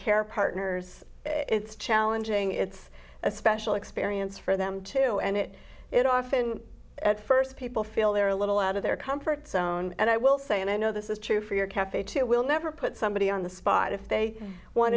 care partners it's challenging it's a special experience for them too and it it often at first people feel they're a little out of their comfort zone and i will say and i know this is true for your cafe too it will never put somebody on the spot if they want